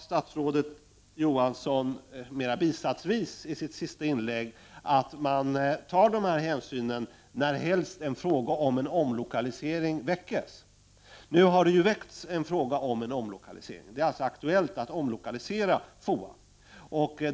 Statsrådet Johansson sade mera bisatsvis i sitt senaste inlägg att man tar dessa hänsyn närhelst en fråga om en omlokalisering väcks. Nu har det ju väckts en fråga om en omlokalisering. Det är aktuellt att omlokalisera FOA.